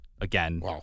Again